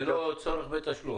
ללא צורך בתשלום.